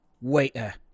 Waiter